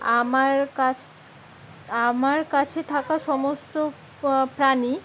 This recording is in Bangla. আমার কাছ আমার কাছে থাকা সমস্ত প্রাণী